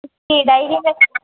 उसकी डायरी इसकी में ना